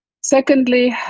Secondly